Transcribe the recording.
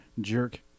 jerk